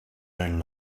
own